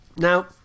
Now